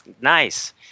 nice